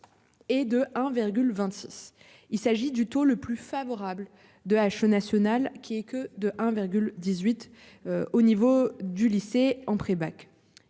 Est de 1,26. Il s'agit du taux le plus favorable de H nationale qui est que de 1,18. Au niveau du lycée en pré bac.